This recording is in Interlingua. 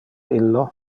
illo